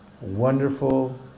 Wonderful